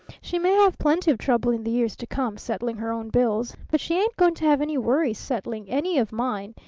she may have plenty of trouble in the years to come settling her own bills, but she ain't going to have any worry settling any of mine.